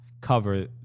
cover